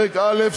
פרק א',